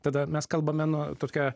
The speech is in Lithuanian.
tada mes kalbame nu tokia